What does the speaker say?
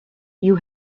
you